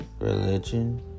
religion